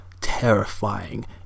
terrifying